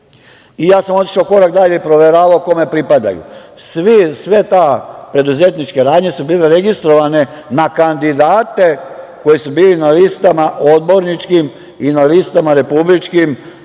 itd. Ja sam otišao i korak dalje i proveravao kome pripadaju. Sve te preduzetničke radnje su bile registrovane na kandidate koji su bili na listama odborničkim i na listama republičkim